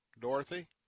Dorothy